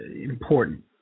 important